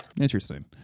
Interesting